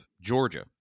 Georgia